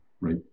Right